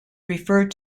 referred